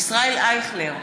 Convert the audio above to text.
ישראל אייכלר,